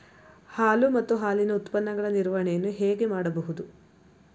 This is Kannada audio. ಹಾಲು ಮತ್ತು ಹಾಲಿನ ಉತ್ಪನ್ನಗಳ ನಿರ್ವಹಣೆಯನ್ನು ಹೇಗೆ ಮಾಡಬಹುದು?